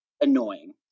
annoying